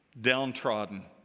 downtrodden